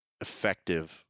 effective